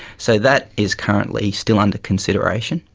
so that is currently still under consideration.